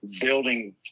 building